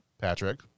Patrick